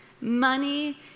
money